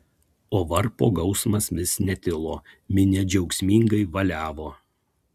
o varpo gausmas vis netilo minia džiaugsmingai valiavo